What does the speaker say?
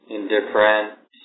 Indifferent